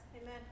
amen